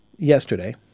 yesterday